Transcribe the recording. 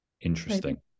interesting